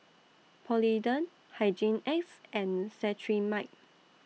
Polident Hygin X and Cetrimide